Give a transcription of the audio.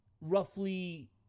roughly